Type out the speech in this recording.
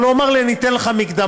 אבל הוא אמר לי: אני אתן לך מקדמה,